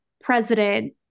president